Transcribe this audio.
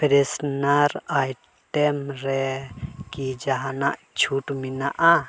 freshener item ᱨᱮ ᱠᱤ ᱡᱟᱦᱟᱱᱟᱜ ᱪᱷᱩᱴ ᱢᱮᱱᱟᱜᱼᱟ